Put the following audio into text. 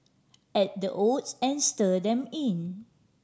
add the oats and stir them in